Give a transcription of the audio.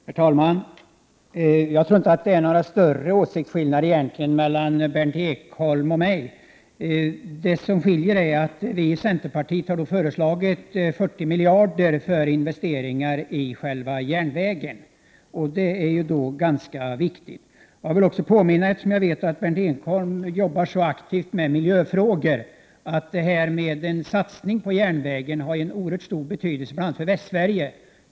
Herr talman! Jag tror inte att det egentligen finns några större åsiktsskill 2 maj 1989 nader mellan Berndt Ekholm och mig. Det som skiljer är att vi i centerpartiet har föreslagit 40 miljarder kronor för investeringar i själva järnvägen. Det är ganska viktigt. Eftersom jag vet att Berndt Ekholm arbetar aktivt med miljöfrågor vill jag påminna om att en satsning på järnvägen har oerhört stor betydelse bl.a. för Västsverige.